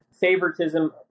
favoritism